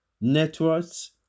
networks